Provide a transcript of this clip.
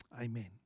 Amen